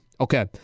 Okay